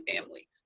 family